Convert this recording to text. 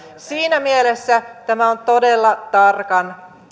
siinä mielessä tämä on todella tarkka